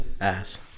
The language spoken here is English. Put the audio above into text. Ass